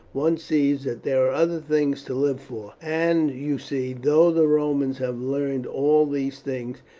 one sees that there are other things to live for and you see, though the romans have learned all these things,